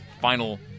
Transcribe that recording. final